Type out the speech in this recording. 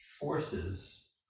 forces